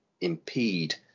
impede